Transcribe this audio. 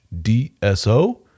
DSO